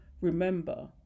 remember